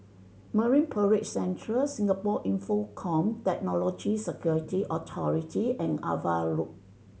Marine Parade Central Singapore Infocomm Technology Security Authority and Ava Road